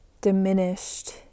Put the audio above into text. diminished